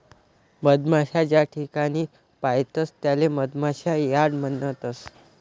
मधमाशा ज्याठिकाणे पायतस त्याले मधमाशा यार्ड म्हणतस